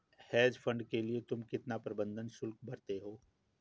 Hedge fund के लिए तुम कितना प्रबंधन शुल्क भरते हो?